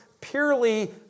purely